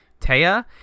Taya